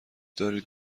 دارید